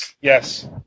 Yes